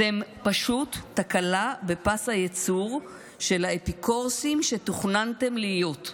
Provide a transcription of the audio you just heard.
אתם פשוט תקלה בפס הייצור של האפיקורסים שתוכננתם להיות.